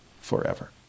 forever